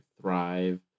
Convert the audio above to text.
thrive